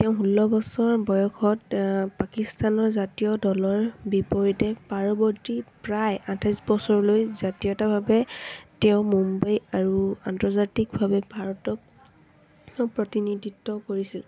তেওঁ ষোল্ল বছৰ বয়সত পাকিস্তানৰ জাতীয় দলৰ বিপৰীতে পৰৱৰ্তী প্ৰায় আঠাইছ বছৰলৈ জাতীয়তাভাৱে তেওঁ মুম্বাই আৰু আন্তৰ্জাতিকভাৱে ভাৰতক প্ৰতিনিধিত্ব কৰিছিল